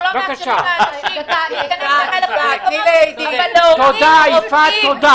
--- אבל להוריד רופאים?